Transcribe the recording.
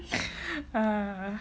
uh